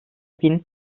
bin